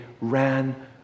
ran